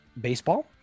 baseball